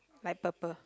like purple